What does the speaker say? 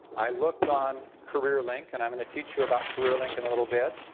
i looked on career link' and i'm going to teach you about career link in a little bit.